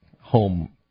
home